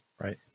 right